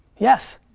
yes.